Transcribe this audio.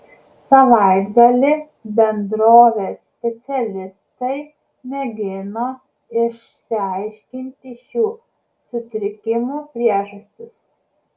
savaitgalį bendrovės specialistai mėgino išsiaiškinti šių sutrikimų priežastis